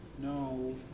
No